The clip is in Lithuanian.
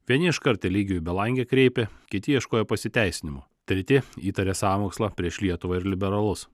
vieni iškart eligijų į belangę kreipė kiti ieškojo pasiteisinimų treti įtarė sąmokslą prieš lietuvą ir liberalus